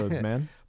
man